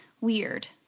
weird